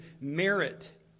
merit